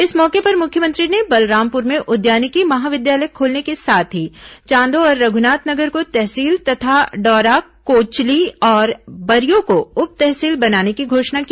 इस मौके पर मुख्यमंत्री ने बलरामपुर में उद्यानिकी महाविद्यालय खोलने के साथ ही चांदो और रघुनाथनगर को तहसील तथा डौरा कोचलि और बरियो को उप तहसील बनाने की घोषणा की